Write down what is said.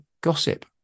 gossip